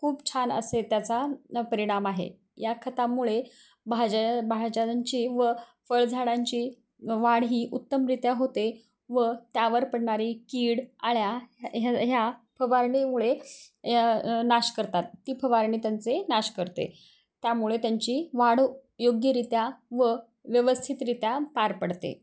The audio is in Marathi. खूप छान असे त्याचा परिणाम आहे या खताांमुळे भाज्या भाज्यांची व फळ झाडांची वाढ ही उत्तमरित्या होते व त्यावर पडणारी कीड आळ्या ह्या ह्या फवारणीमुळे नाश करतात ती फवारणी त्यांचे नाश करते त्यामुळे त्यांची वाढ योग्यरित्या व व्यवस्थितरित्या पार पडते